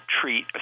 treat